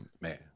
Man